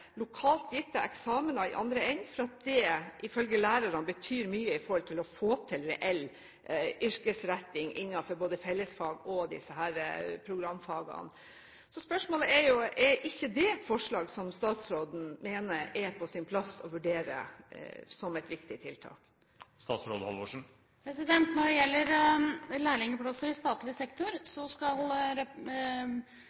ifølge lærerne betyr mye med hensyn til å få til reell yrkesretting innenfor både fellesfagene og programfagene. Spørsmålet er: Er ikke det et forslag som statsråden mener er på sin plass å vurdere som et viktig tiltak? Når det gjelder lærlingplasser i statlig sektor,